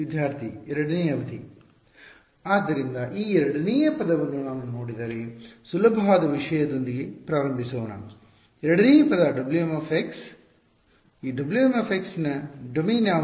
ವಿದ್ಯಾರ್ಥಿ ಎರಡನೇ ಅವಧಿ ಆದ್ದರಿಂದ ಈ ಎರಡನೆಯ ಪದವನ್ನು ನಾನು ನೋಡಿದರೆ ಸುಲಭವಾದ ವಿಷಯದೊಂದಿಗೆ ಪ್ರಾರಂಭಿಸೋಣ ಎರಡನೇ ಪದ W m W m ನ ಡೊಮೇನ್ ಯಾವುದು